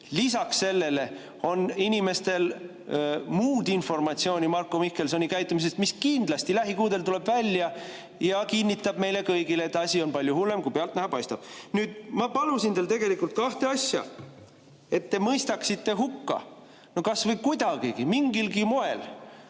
Lisaks sellele on inimestel muud informatsiooni Marko Mihkelsoni käitumisest, mis kindlasti lähikuudel tuleb välja ja kinnitab meile kõigile, et asi on palju hullem, kui pealtnäha paistab. Nüüd ma palusin teilt tegelikult kahte asja. Et te mõistaksite hukka kas või kuidagigi, mingilgi moel